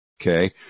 Okay